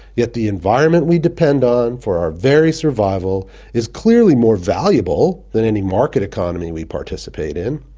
yet the environment we depend on for our very survival is clearly more valuable than any market economy we participate in.